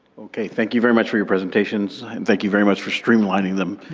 okay. thank you very much for your presentations and thank you very much for streamlining them.